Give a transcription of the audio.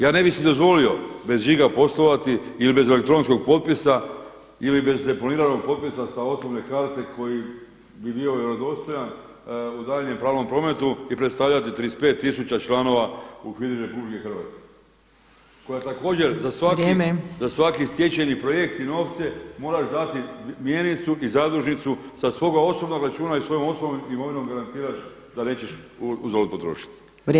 Ja ne bi si dozvolio bez žiga poslovati ili bez elektronskog potpisa ili bez deponiranog potpisa sa osobne karte koji bi bio vjerodostojan u daljnjem pravnom prometu i predstavljati 35 tisuća članova u HVIDRA RH koja također za svaki stečeni projekt i novce moraš dati mjenicu i zadužnicu sa svog osobnog računa i svojom osobnom imovinom garantirati da nećeš uzalud potrošiti.